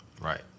right